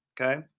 okay